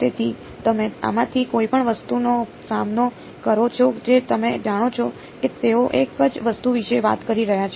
તેથી તમે આમાંથી કોઈપણ વસ્તુનો સામનો કરો છો જે તમે જાણો છો કે તેઓ એક જ વસ્તુ વિશે વાત કરી રહ્યા છે